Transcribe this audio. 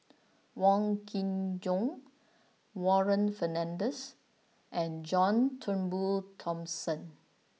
Wong Kin Jong Warren Fernandez and John Turnbull Thomson